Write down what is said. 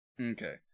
Okay